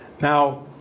Now